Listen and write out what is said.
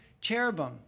cherubim